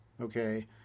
Okay